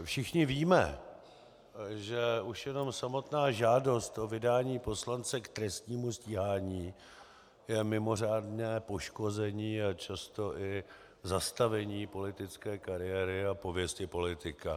Všichni víme, že už jenom samotná žádost o vydání poslance k trestnímu stíhání je mimořádné poškození a často i zastavení politické kariéry a pověsti politika.